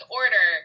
order